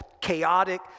chaotic